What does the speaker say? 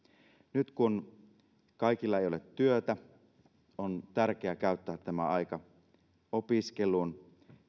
nyt kun kaikilla ei ole työtä on tärkeää käyttää tämä aika opiskeluun